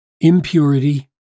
impurity